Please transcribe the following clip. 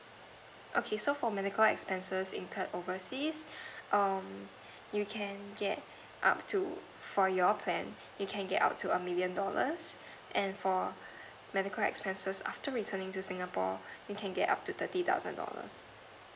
okay so for medical expenses incurred overseas um you can get up to for your plan you can get up to a million dollars and for medical expenses after returning to singapore you can get up to thirty thousand dollars